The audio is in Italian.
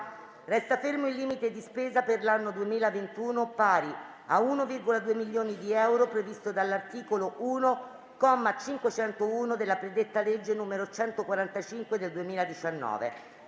Resta fermo il limite di spesa, per l'anno 2021, pari a 1,2 milioni di euro previsto dall'articolo 1, comma 501, della predetta legge n. 145 del 2018.";